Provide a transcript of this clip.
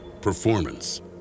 performance